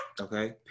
Okay